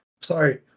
Sorry